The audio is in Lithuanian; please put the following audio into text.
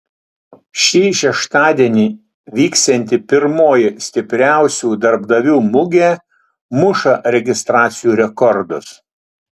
šį šeštadienį vyksianti pirmoji stipriausių darbdavių mugė muša registracijų rekordus